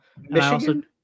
Michigan